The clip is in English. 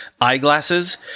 eyeglasses